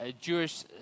Jewish